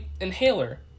inhaler